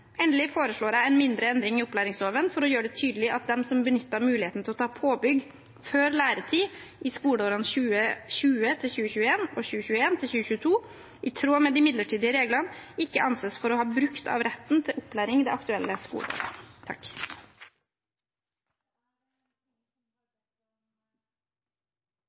Endelig foreslår jeg en mindre endring i opplæringsloven for å gjøre det tydelig at de som benyttet muligheten til å ta påbygg før læretid skoleårene 2020–2021 og 2021–2022, i tråd med de midlertidige reglene, ikke anses for å ha brukt av retten til opplæring det aktuelle skoleåret.